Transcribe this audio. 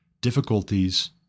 difficulties